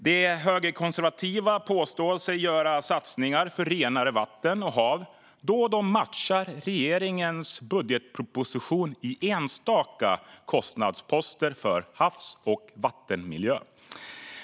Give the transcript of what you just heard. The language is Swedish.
De högerkonservativa påstår sig göra satsningar för renare vatten och hav då de matchar regeringens budgetproposition i enstaka kostnadsposter för havs och vattenmiljön.